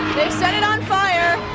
set it on fire,